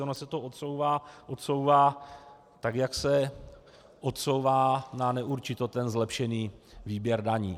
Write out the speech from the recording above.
Ono se to odsouvá, odsouvá, tak jak se odsouvá na neurčito zlepšený výběr daní.